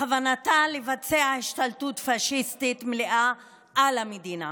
בכוונתה לבצע השתלטות פשיסטית מלאה על המדינה,